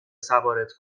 سوارت